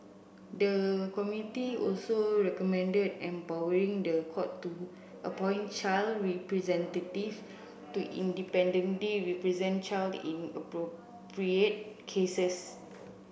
the committee also recommended empowering the court to appoint child representative to independently represent children in appropriate cases